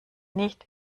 nicht